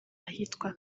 ahitwa